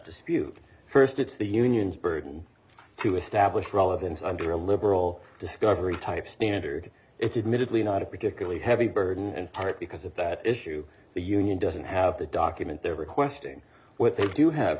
dispute first it's the union's burden to establish relevance under a liberal discovery type standard it's admittedly not a particularly heavy burden and part because of that issue the union doesn't have the document they're requesting what they do have